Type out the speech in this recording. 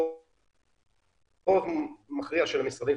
רוב מכריע של המשרדים,